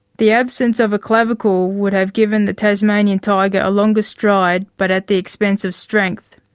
the absence of a clavicle would have given the tasmania tiger a longer stride but at the expense of strength.